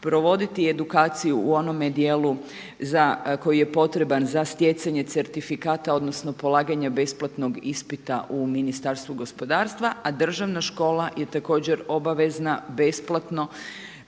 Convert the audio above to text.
provoditi i edukaciju u onome djelu koji je potreban za stjecanje certifikata odnosno polaganja besplatnog ispita u Ministarstvu gospodarstva a državna škola je također obavezna besplatno